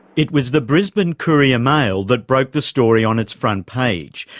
it was the brisbane courier mail that broke the story on its front page,